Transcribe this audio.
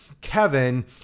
Kevin